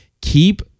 keep